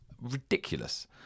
ridiculous